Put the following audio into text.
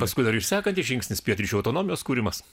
paskui dar ir sekantis žingsnis pietryčių autonomijos kūrimas